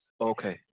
Okay